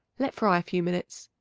let fry a few minutes.